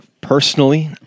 Personally